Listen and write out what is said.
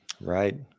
Right